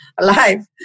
Alive